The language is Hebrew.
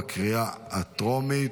בקריאה הטרומית,